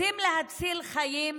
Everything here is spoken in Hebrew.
רוצים להציל חיים?